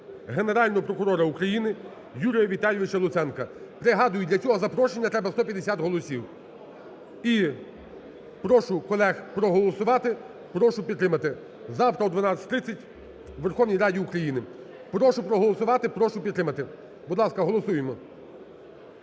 Генерального прокурора України Юрія Віталійовича Луценка. Пригадую, для цього запрошення треба 150 голосів. І прошу колег проголосувати, прошу підтримати, завтра о 12.30 у Верховній Раді України. Прошу проголосувати, прошу підтримати. Будь ласка, голосуємо.